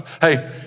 Hey